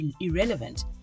irrelevant